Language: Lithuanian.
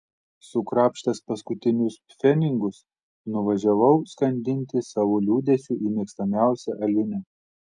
sukrapštęs paskutinius pfenigus nuvažiavau skandinti savo liūdesio į mėgstamiausią alinę